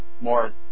more